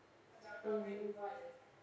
mm